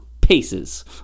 paces